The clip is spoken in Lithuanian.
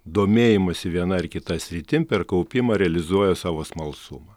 domėjimąsi viena ar kita sritim per kaupimą realizuoja savo smalsumą